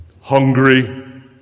hungry